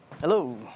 Hello